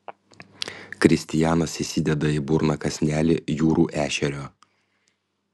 kristijanas įsideda į burną kąsnelį jūrų ešerio